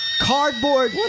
cardboard